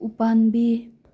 ꯎ ꯄꯥꯝꯕꯤ